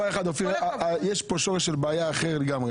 שורש הבעיה כאן הוא אחר.